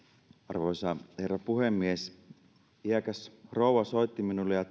arvoisa herra puhemies iäkäs rouva soitti minulle ja